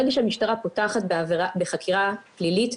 ברגע שהמשטרה פותחת בחקירה פלילית,